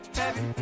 heavy